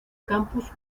campus